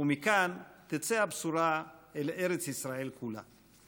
ומכאן תצא הבשורה אל ארץ ישראל כולה.